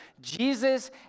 Jesus